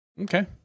Okay